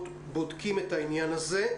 בודקים את העניין של חלופות לבחינות.